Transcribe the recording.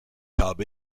habe